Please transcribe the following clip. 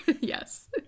yes